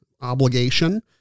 obligation